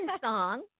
song